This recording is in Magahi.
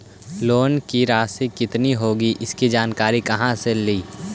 लोन की रासि कितनी होगी इसकी जानकारी कहा से ली?